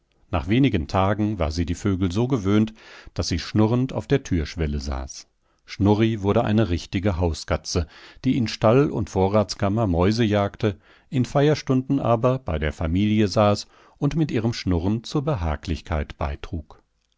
nach wenigen tagen war sie die vögel so gewöhnt daß sie schnurrend auf der türschwelle saß schnurri wurde eine richtige hauskatze die in stall und vorratskammer mäuse jagte in feierstunden aber bei der familie saß und mit ihrem schnurren zur behaglichkeit beitrug